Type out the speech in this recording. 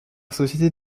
société